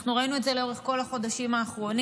אנחנו ראינו את זה לאורך כל החודשים האחרונים,